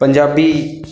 Punjabi